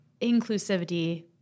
inclusivity